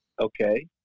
Okay